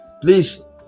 please